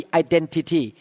identity